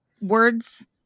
words